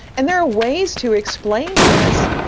and there are ways to explain this,